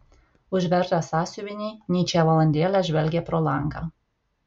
užvertęs sąsiuvinį nyčė valandėlę žvelgė pro langą